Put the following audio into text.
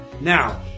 Now